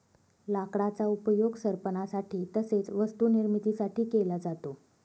लाकडाचा उपयोग सरपणासाठी तसेच वस्तू निर्मिती साठी केला जातो